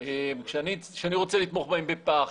כשאני רוצה לתמוך בהם בפח,